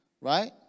Right